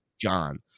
John